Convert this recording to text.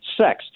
sex